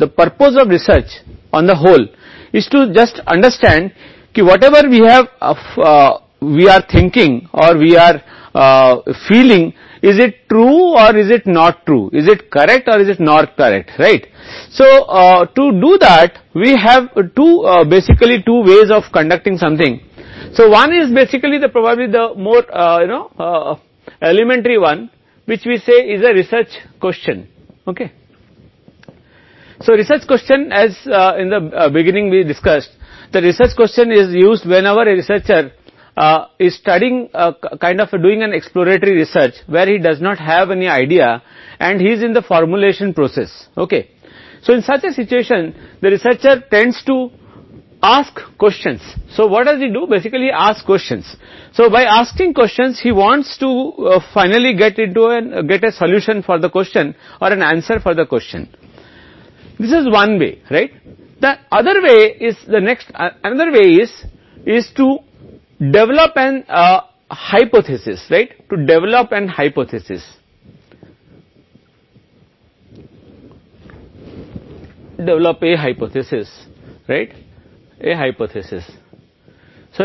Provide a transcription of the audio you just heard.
तो आइए हम समझते हैं कि परिकल्पना वास्तव में हर शोधकर्ता कुछ परीक्षण करना चाहता है पूरी तरह से अनुसंधान के उद्देश्य को जानना चाहता है कि हमारे पास जो भी है ठीक है हम सोच रहे हैं या हम महसूस कर रहे हैं कि क्या यह स च है या क्या यह सच नहीं है यह सही है या क्या यह सही नहीं है इसलिए ऐसा करने के लिए हमारे पास मूल रूप से कुछ करने के दो मूल तरीके हैं एक मूल रूप से एक शोध प्रश्न ठीक है इसलिए अनुसंधान प्रश्न का उपयोग तब किया जाता है जब कोई शोधकर्ता एक तरह का खोजबीन अनुसंधान कर रहा हो जहां वह तैयार करने की प्रक्रिया में ठीक है इसलिए इस तरह के स्थिति में शोधकर्ता को प्रश्न पूछने के लिए प्रेरित करता है जैसा कि हम मूल रूप से प्रश्न पूछते हैं सवाल पूछते हुए वह आखिरकार सवाल या जवाब के लिए हल निकालना चाहता है सवाल यह एक तरीका है दूसरा तरीका विकसित करना है कि